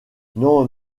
non